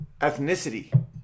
ethnicity